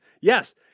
Yes